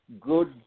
good